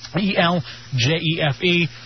E-L-J-E-F-E